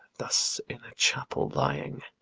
thus in a chapel lying!